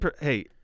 Hey